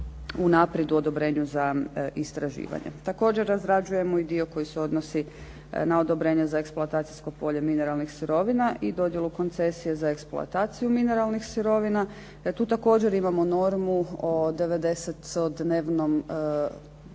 unaprijed u odobrenju za istraživanje. Također razrađujemo i dio koji se odnosi na odobrenje za eksploatacijsko polje mineralnih sirovina i dodjelu koncesije za eksploataciju mineralnih sirovina. Da tu također imamo normu od 90-to dnevnom